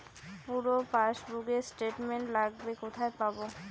পুরো পাসবুকের স্টেটমেন্ট লাগবে কোথায় পাব?